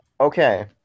Okay